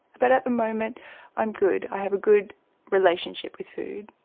but at the moment i'm good. i have a good relationship with food.